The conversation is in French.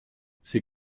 ses